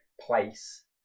Place